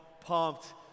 pumped